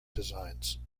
designs